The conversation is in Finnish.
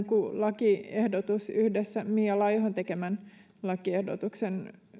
lakiehdotus yhdessä mia laihon tekemän lakiehdotuksen